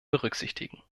berücksichtigen